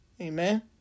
Amen